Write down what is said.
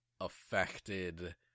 affected